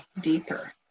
deeper